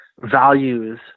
values